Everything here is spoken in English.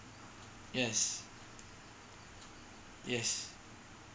yes yes